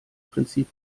prinzip